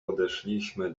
podeszliśmy